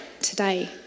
today